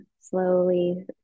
slowly